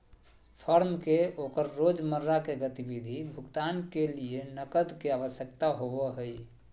firm के ओकर रोजमर्रा के गतिविधि भुगतान के लिये नकद के आवश्यकता होबो हइ